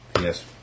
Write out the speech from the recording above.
Yes